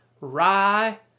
rye